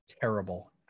terrible